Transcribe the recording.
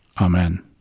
Amen